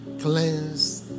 cleansed